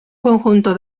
conjunto